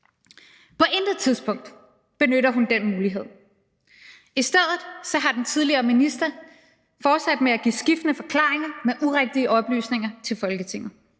På intet tidspunkt benytter hun den mulighed. I stedet er den tidligere minister fortsat med at give skiftende forklaringer med urigtige oplysninger til Folketinget.